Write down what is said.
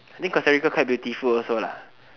I think Costa-Rica quite beautiful also lah